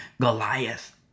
Goliath